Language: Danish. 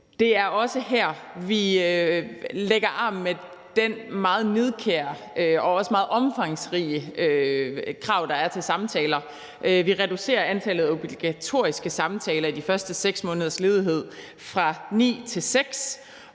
Det er også her, vi lægger arm med de meget nidkære og også meget omfangsrige krav, der er til samtaler. Vi reducerer antallet af obligatoriske samtaler i de første 6 måneders ledighed fra ni til seks,